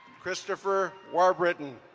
christopher warbriton.